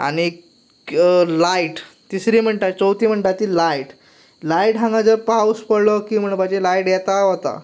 आनीक लायट तिसरी म्हणटा ती चवथी म्हणटा ती लायट लायट हांगाची पावस पडलो की म्हणपाचें लायट येता वता